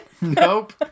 Nope